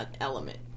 element